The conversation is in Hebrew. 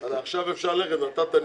אז עכשיו אפשר ללכת.